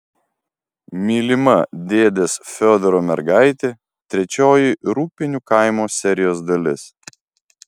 mylima dėdės fiodoro mergaitė trečioji rūgpienių kaimo serijos dalis